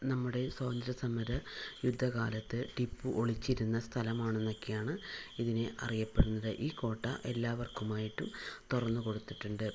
നമ്മുടെ സ്വാതന്ത്യ സമര യുദ്ധകാലത്ത് ടിപ്പു ഒളിച്ചിരുന്ന സ്ഥലമാണ് എന്നൊക്കെയാണ് ഇതിനെ അറിയപ്പെടുന്നത് ഈ കോട്ട എല്ലാവർക്കുമായിട്ടും തുറന്നു കൊടുത്തിട്ടുണ്ട്